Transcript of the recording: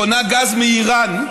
קונה גז מאיראן,